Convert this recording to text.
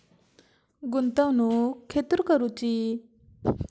गुंतवणुक खेतुर करूची?